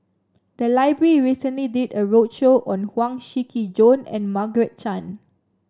the library recently did a roadshow on Huang Shiqi Joan and Margaret Chan